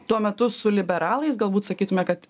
tuo metu su liberalais galbūt sakytumėme kad